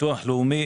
הביטוח הלאומי